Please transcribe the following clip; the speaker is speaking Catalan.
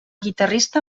guitarrista